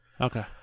Okay